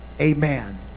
Amen